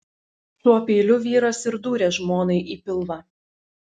šiuo peiliu vyras ir dūrė žmonai į pilvą